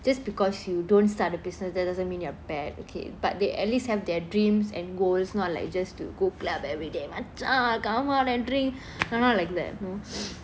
just because you don't start a business that doesn't mean you're bad okay but they at least have their dreams and goals not like just to go club everyday and மச்சான் :machan come out and drink ah not like that